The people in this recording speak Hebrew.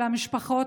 שלמשפחות,